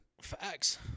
facts